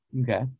Okay